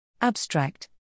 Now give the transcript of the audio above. Abstract